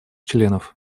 членов